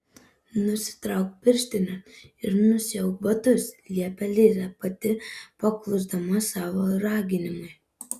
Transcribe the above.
nusitrauk pirštines ir nusiauk batus liepė liza pati paklusdama savo raginimui